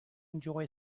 enjoy